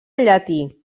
llatí